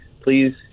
Please